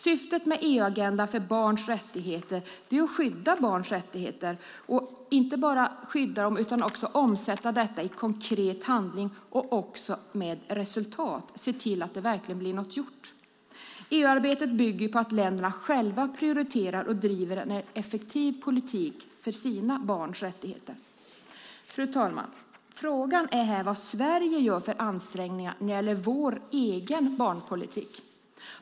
Syftet med EU-agendan för barns rättigheter är att skydda barns rättigheter men inte bara att skydda dem utan också att omsätta detta i konkret handling med resultat, se till att det verkligen blir något gjort. EU-arbetet bygger på att länderna själva prioriterar och driver en effektiv politik för sina barns rättigheter. Fru talman! Frågan är här vilka ansträngningar Sverige gör när det gäller vår egen barnpolitik.